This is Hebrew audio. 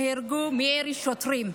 נהרגו מירי שוטרים,